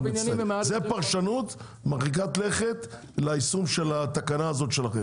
זאת פרשנות מרחיקת לכת ליישום של התקנה הזאת שלכם.